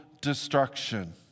destruction